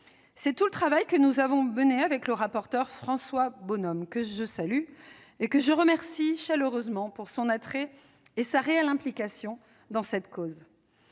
C'est tout le travail que nous avons mené avec le rapporteur François Bonhomme, que je salue et remercie chaleureusement de son attrait et de sa réelle implication dans cette cause.